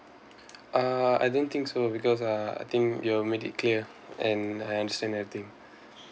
uh I don't think so because uh I think you had make it clear and I understand everything